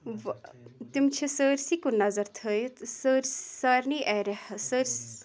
تِم چھِ سٲرسٕے کُن نظر تھٲیِتھ سٲرۍ سارنی ایریا ہَس سٲرۍ